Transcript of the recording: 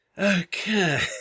Okay